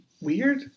weird